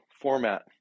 format